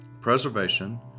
preservation